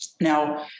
Now